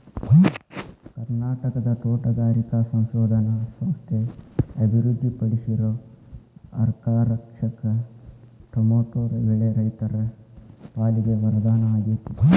ಕರ್ನಾಟಕದ ತೋಟಗಾರಿಕಾ ಸಂಶೋಧನಾ ಸಂಸ್ಥೆ ಅಭಿವೃದ್ಧಿಪಡಿಸಿರೋ ಅರ್ಕಾರಕ್ಷಕ್ ಟೊಮೆಟೊ ಬೆಳೆ ರೈತರ ಪಾಲಿಗೆ ವರದಾನ ಆಗೇತಿ